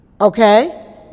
Okay